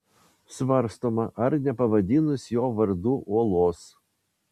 svarstoma ar nepavadinus jo vardu uolos